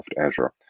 Azure